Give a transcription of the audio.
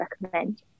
recommend